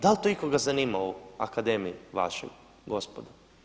Da li to ikoga zanima u akademiji vašoj gospodo?